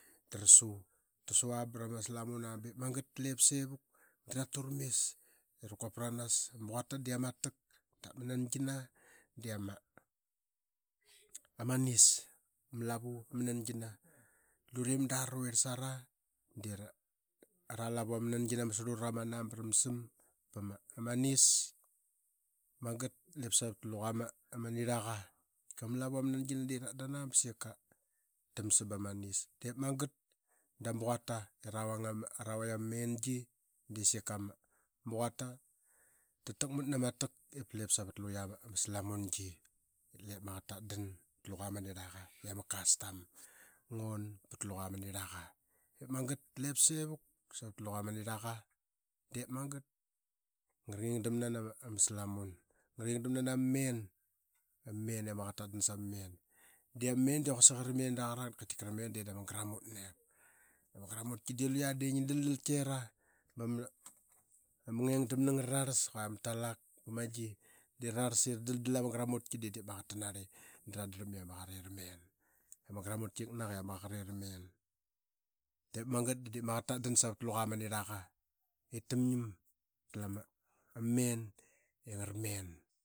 Da ra suta rama slamun aa ba ip magat da lip sevuk da raturamis. Ama quata de ama tak dap ma nangina de amanis. Ama lavu ma nangina lure mada raruirl sara dera lavu ama sarlura raman aa ba ram sam pa ma nis ip diip savat luqa ma nirlaqa. Tika ama lavu ama nangina di ratdan aa ba ramsam ba manis. Diip mangat da ma quata araqik luya maslamngi. Lep ma qaqet tadan pat luqa man nirlaqa. I ama custom ngar on bra qa pat luya ma nirlaqa. Ip magat ip lep sivuk savat liqa ma nirlaqa dep magat da ngaranging damna dapkua ngarararas iqua ma talak ba ma gi de rararlas i ra daldal ama gramutki. De diip ama qaqet ta narli qiknak i ama qaqet tamen. Diip magat da diip ama qaqet tatdan savat luqa ma nirlaqa ip tam ngiam, tatlu ama men i ngara men